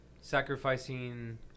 sacrificing